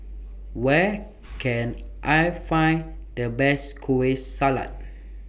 Where Can I Find The Best Kueh Salat